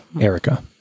Erica